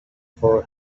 for